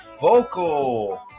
vocal